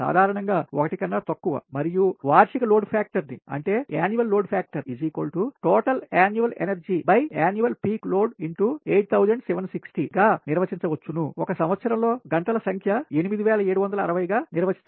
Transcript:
సాధారణం గా 1 కన్నా తక్కువ మరియు వార్షిక లోడ్ ఫ్యాక్టర్ ని Annual load factor Total annaul energyAnnual peak loadx8760 అని నిర్వచించవచ్చు నుసంవత్సరంలో గంటల సంఖ్య 8760 గా నిర్వచించవచ్చు